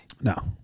no